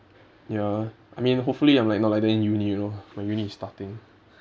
ya I mean hopefully I'm like not like that in uni you know my uni is starting